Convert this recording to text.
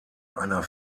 einer